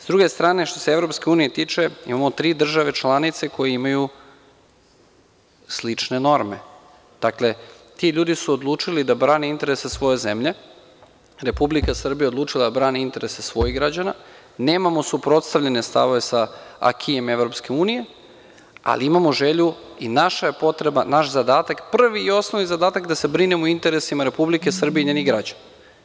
Sa druge strane, što se EU tiče, imamo tri države članice koje imaju slične norme i ti ljudi su odlučili da brane interese svoje zemlje i Republika Srbija je odlučila da brani interese svojih građana, nemamo suprotstavljene stavove sa Akijem EU, ali imamo želju i naša je potreba i naš zadatak, prvi i osnovni zadatak, da se brinemo o interesima Republike Srbije i njenim građanima.